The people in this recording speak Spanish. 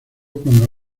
cuando